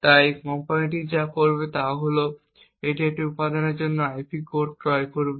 তাই কোম্পানিটি যা করবে তা হল যে এটি এই প্রতিটি উপাদানের জন্য আইপি কোর ক্রয় করবে